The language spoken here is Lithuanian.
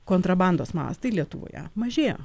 kontrabandos mastai lietuvoje mažėjo